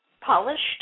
polished